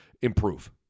improve